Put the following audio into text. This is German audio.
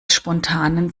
spontanen